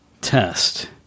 Test